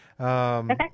Okay